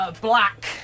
black